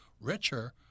richer